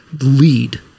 lead